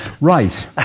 Right